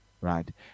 right